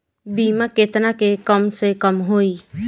बीमा केतना के कम से कम होई?